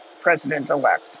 president-elect